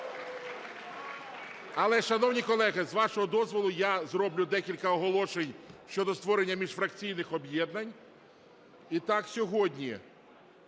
Але, шановні колеги, з вашого дозволу, я зроблю декілька оголошень щодо створення міжфракційних об'єднань.